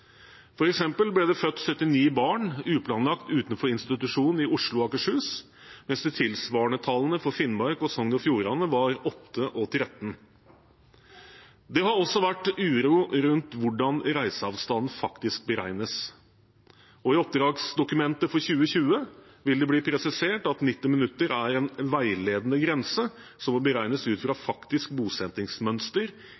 ble det født 79 barn uplanlagt utenfor institusjon i Oslo og Akershus, mens de tilsvarende tallene for Finnmark og Sogn og Fjordane var 8 og 13. Det har også vært uro rundt hvordan reiseavstanden faktisk beregnes. I oppdragsdokumentet for 2020 vil det bli presisert at 90 minutter er en veiledende grense, som må beregnes ut fra